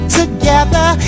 together